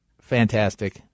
fantastic